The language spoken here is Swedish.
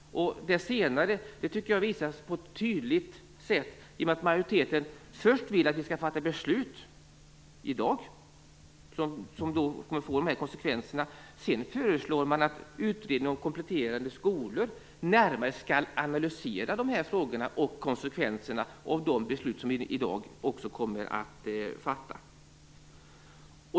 Det tycker jag på ett tydligt sätt visas av att majoriteten vill att vi först skall fatta beslut här i dag - med de konsekvenser jag har nämnt. Sedan föreslår man att utredningen om kompletterande skolor närmare skall analysera dessa frågor och konsekvenserna av de beslut som vi i dag kommer att fatta.